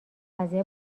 قضیه